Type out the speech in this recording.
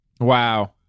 wow